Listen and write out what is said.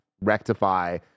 rectify